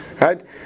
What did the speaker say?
Right